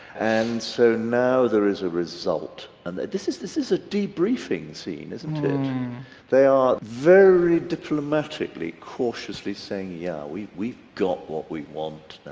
and so now there is a result. and this is this is a debriefing scene isn't it? they are very diplomatically, cautiously, saying yeah we've we've got what we want.